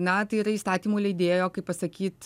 na tai yra įstatymų leidėjo kaip pasakyt